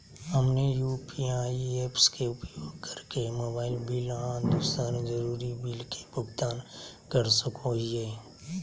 हमनी UPI apps के उपयोग करके मोबाइल बिल आ दूसर जरुरी बिल के भुगतान कर सको हीयई